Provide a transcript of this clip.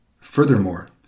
Furthermore